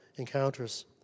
encounters